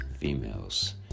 females